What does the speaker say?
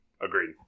Agreed